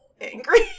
angry